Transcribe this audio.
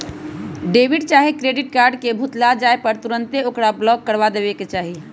debit चाहे credit card के भुतला जाय पर तुन्ते ओकरा ब्लॉक करबा देबेके चाहि